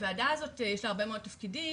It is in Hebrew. לוועדה הזאת יש הרבה תפקידים,